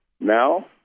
now